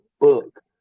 book